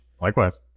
Likewise